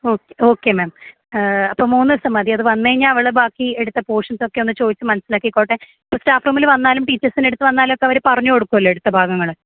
okay okay ma'am അപ്പോൾ മൂന്നുദിവസം മതി അതുവന്നുകഴിഞ്ഞാൽ അവൾ ബാക്കി എടുത്ത പോർഷൻസൊക്കെ ഒന്ന് ചോദിച്ചു മനസിലാക്കിക്കോട്ടെ സ്റ്റാഫ് റൂമിൽ വന്നാലും ടീച്ചേഴ്സിൻ്റെ അടുത്ത് വന്നാലുമൊക്കെ അവർ പറഞ്ഞുകൊടുക്കുമല്ലോ എടുത്ത ഭാഗങ്ങൾ